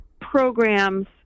programs